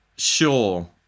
Sure